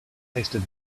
tasted